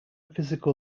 physical